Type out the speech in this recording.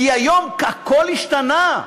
כי היום הכול השתנה: